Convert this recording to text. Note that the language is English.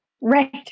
Right